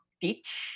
teach